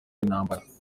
intambara